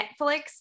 Netflix